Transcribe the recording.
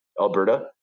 Alberta